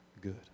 good